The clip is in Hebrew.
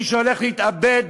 מי שהולך להתאבד,